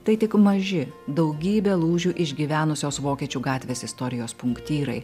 tai tik maži daugybę lūžių išgyvenusios vokiečių gatvės istorijos punktyrai